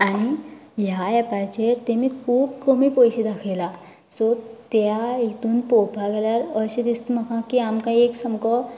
आनी ह्या एपाचेर तेमी खूब कमी पोयशें दाखयल्या सो त्या हितून पळोवपाक गेल्यार अशें दिसता म्हाका की आमकां एक सामको